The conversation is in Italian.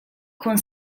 con